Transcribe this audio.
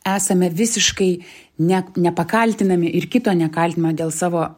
esame visiškai ne nepakaltinami ir kito nekaltiname dėl savo